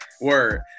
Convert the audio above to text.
Word